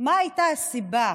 לנשיאה חיות,